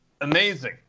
amazing